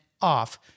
off